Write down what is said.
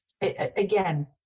again